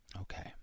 Okay